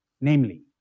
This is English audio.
Namely